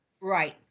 Right